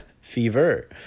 fever